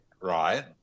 Right